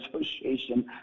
Association